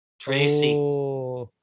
Tracy